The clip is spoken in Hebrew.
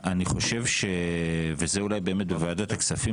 אני חושב שזה הסיפור שקורה בוועדת הכספים